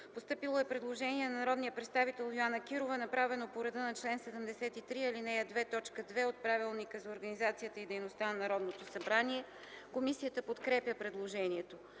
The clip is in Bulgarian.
Постъпило е предложение на народния представител Йоана Кирова, направено по реда на чл. 73, ал. 2, т. 2 от Правилника за организацията и дейността на Народното събрание. Комисията подкрепя предложението.